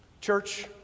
Church